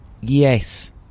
Yes